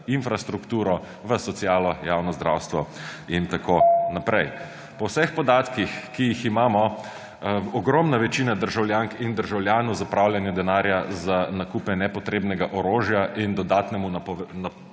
infrastrukturo, v socialo, javno zdravstvo in tako naprej? Po vseh podatkih, ki jih imamo, ogromna večina državljank in državljanov zapravljanju denarja za nakupe nepotrebnega orožja in dodatnemu napotovanju